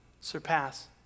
surpass